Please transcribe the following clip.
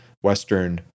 western